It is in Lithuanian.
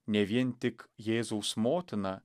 ne vien tik jėzaus motina